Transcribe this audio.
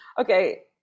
okay